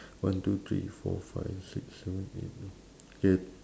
one two three four five six seven eight nine K